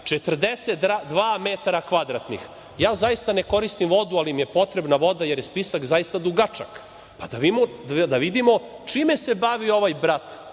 42 metra kvadratnih. Ja zaista ne koristim vodu, ali mi je potrebna voda jer je spisak zaista dugačak. Da vidimo čime se bavi ovaj brat